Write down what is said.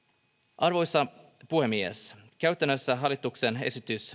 arvoisa puhemies käytännössä hallituksen esitys